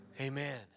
amen